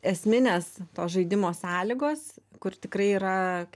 esminės to žaidimo sąlygos kur tikrai yra